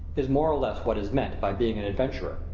is more or less what is meant by being an adventurer.